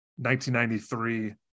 1993